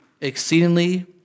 exceedingly